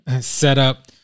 setup